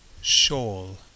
shawl